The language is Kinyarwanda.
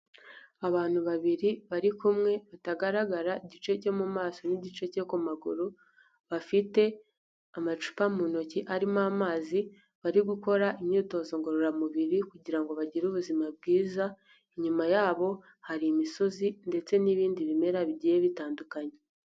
Abantu babiri bari kumwe batagaragara igice cyo mu maso n'igice cyo ku maguru, bafite amacupa mu ntoki arimo amazi. Bari gukora imyitozo ngororamubiri kugira ngo bagire ubuzima bwiza, inyuma yabo hari imisozi ndetse n'ibindi bimera bigiye bitandukanye.